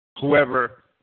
whoever